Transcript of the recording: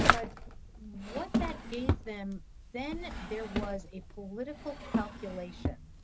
but what that gave them then there was a political calculation,